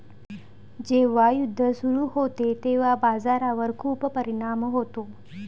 जेव्हा युद्ध सुरू होते तेव्हा बाजारावर खूप परिणाम होतो